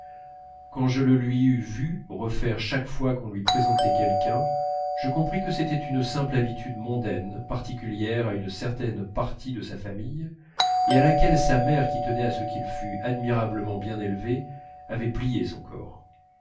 quand je le lui eu vu refaire chaque fois qu'on lui présentait quelqu'un je compris que c'est une simple habitude mondaine particulière à une certaine partie de sa famille et à laquelle sa mère qui tenait à ce qu'il fût admirablement bien élevé avait plié son corps